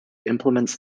implements